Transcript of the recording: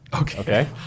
Okay